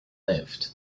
lived